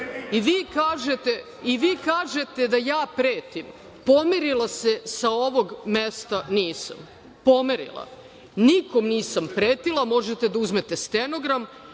nas. Vi kažete da ja pretim? Pomerila se sa ovog mesta nisam. Nikom nisam pretila. Možete da uzmete stenogram.